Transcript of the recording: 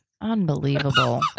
Unbelievable